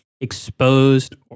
exposed